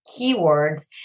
keywords